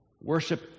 Worship